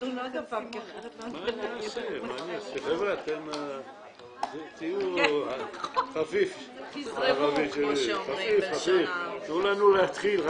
בשעה 13:35.